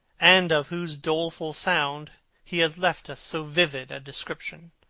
and of whose doleful sound he has left us so vivid a description.